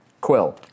Quill